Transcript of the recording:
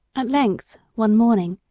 at length, one morning,